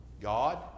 God